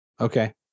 okay